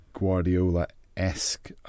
Guardiola-esque